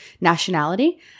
nationality